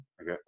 Okay